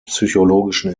psychologischen